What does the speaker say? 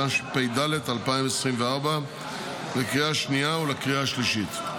התשפ"ד 2024 לקריאה השנייה ולקריאה השלישית.